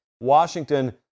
Washington